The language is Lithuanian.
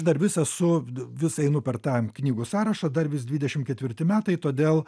dar vis esu vis einu per tą knygų sąrašą dar vis dvidešim ketvirti metai todėl